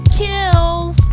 kills